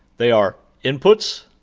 they are inputs,